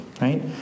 right